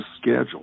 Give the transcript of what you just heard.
schedule